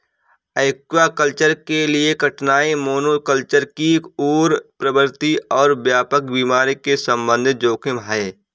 aquaculture के लिए कठिनाई मोनोकल्चर की ओर प्रवृत्ति और व्यापक बीमारी के संबंधित जोखिम है